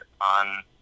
on